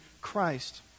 Christ